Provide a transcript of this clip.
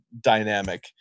dynamic